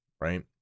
right